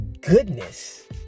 goodness